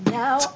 now